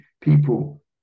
people